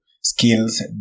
skills